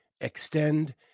Extend